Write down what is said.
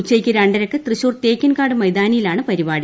ഉച്ചയ്ക്ക് രണ്ടരയ്ക്ക് തൃശൂർ തേക്കിൻകാട് മൈതാനിയിലാണ് പരിപാടി